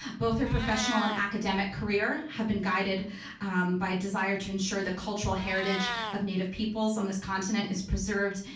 ah both her professional and academic career have been guided by a desire to ensure the cultural heritage of native peoples on this continent is preserved,